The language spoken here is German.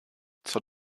zur